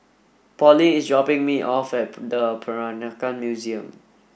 Pollie is dropping me off at Peranakan Museum